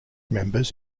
members